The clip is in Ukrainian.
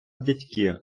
дядьки